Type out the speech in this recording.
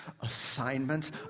assignments